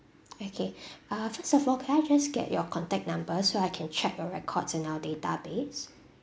okay uh first of all can I just get your contact number so I can check your records in our database